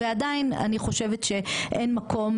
ועדיין אני חושבת שאין מקום